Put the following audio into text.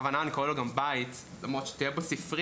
בכוונה אני קורא לו גם בית למרות שתהיה בו ספריה,